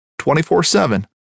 24-7